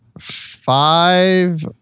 five